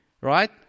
Right